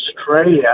Australia